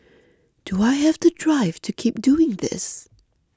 do I have the drive to keep doing this